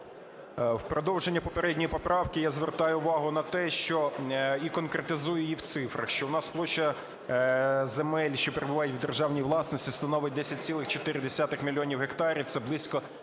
В продовження попередньої поправки я звертаю увагу на те, що, і конкретизую її в цифрах, що у нас площа земель, що перебувають в державній власності становить 10,4 мільйона гектарів, це близько